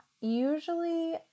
usually